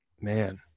man